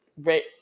Right